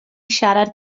siarad